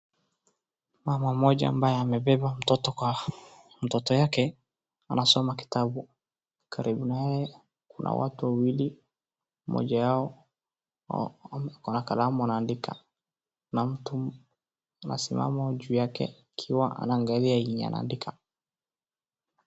Mama mmoja ambaye amebeba mtoto wake anasoma kitabu, karibu naye kuna watu wawili, mmoja yao ako na kalamu anaandika na mtu amesimama juu yake akiwa anaangalia chenye anaandika.